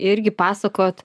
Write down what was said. irgi pasakojot